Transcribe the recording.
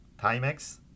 Timex